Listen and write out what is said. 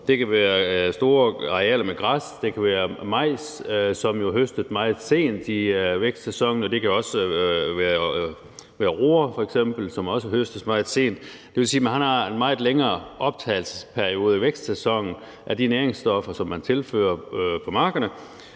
Det kan være store arealer med græs; det kan være majs, som jo høstes meget sent i vækstsæsonen, og det kan være f.eks. roer, som også høstes meget sent. Det vil sige, at man har en meget længere optagelsesperiode i vækstsæsonen af de næringsstoffer, som man tilfører på markerne.